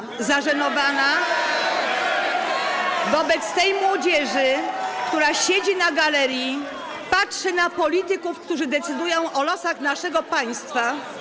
Czuję się zażenowana wobec tej młodzieży, która siedzi na galerii i patrzy na polityków, którzy decydują o losach naszego państwa.